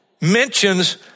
mentions